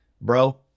Bro